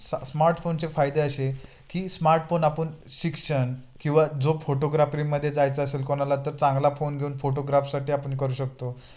सा स्मार्टफोनचे फायदे असे की स्मार्टफोन आपण शिक्षण किंवा जो फोटोग्राफीमदध्ये जायचं असेल कोणाला तर चांगला फोन घेऊन फोटोग्राफसाठी आपण करू शकतो